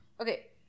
okay